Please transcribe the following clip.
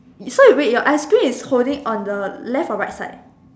so you wait your ice cream is holding on the left or right side